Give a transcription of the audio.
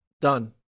Done